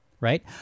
right